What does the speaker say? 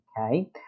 okay